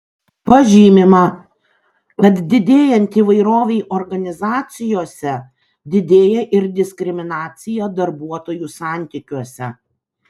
pažymima kad didėjant įvairovei organizacijose didėja ir diskriminacija darbuotojų santykiuose